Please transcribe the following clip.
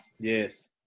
Yes